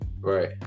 right